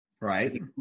right